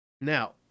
Now